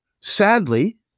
Sadly